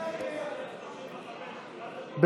התורה וקבוצת סיעת הציונות הדתית לפני סעיף 1 לא נתקבלה.